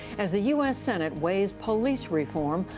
as the u s. senate weighs police reform,